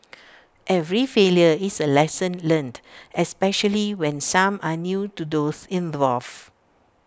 every failure is A lesson learnt especially when some are new to those involved